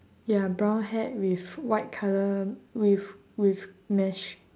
ya brown hat with white colour with with mesh